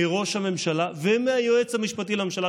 מראש הממשלה ומהיועץ המשפטי לממשלה,